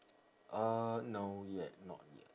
uh no yet not yet